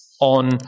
on